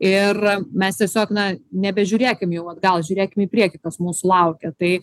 ir mes tiesiog na nebežiūrėkim jau atgal žiūrėkim į priekį kas mūsų laukia tai